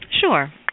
Sure